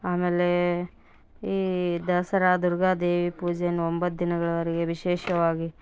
ಆಮೇಲೆ ಈ ದಸರಾ ದುರ್ಗಾ ದೇವಿ ಪೂಜೆ ಒಂಬತ್ತು ದಿನಗಳವರೆಗೆ ವಿಶೇಷವಾಗಿ